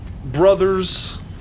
brothers